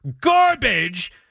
garbage